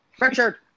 Richard